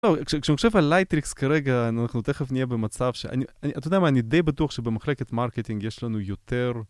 כשאני חושב על לייטריקס כרגע, אנחנו תכף נהיה במצב שאני, את יודעת מה, אני די בטוח שבמחלקת מרקטינג יש לנו יותר...